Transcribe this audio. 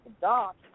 dock